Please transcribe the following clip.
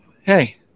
hey